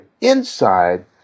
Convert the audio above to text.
inside